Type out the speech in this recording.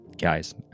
guys